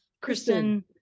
Kristen